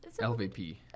LVP